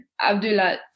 Abdullah